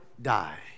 Die